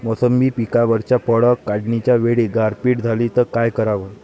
मोसंबी पिकावरच्या फळं काढनीच्या वेळी गारपीट झाली त काय कराव?